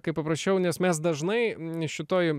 kaip paprasčiau nes mes dažnai n šitoj